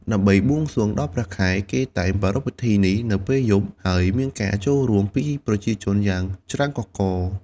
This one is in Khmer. ដើម្បីបួងសួងដល់ព្រះខែ គេតែងប្រារព្ធពិធីនេះនៅពេលយប់ ហើយមានការចូលរួមពីប្រជាជនយ៉ាងច្រើនកុះករ។